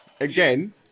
again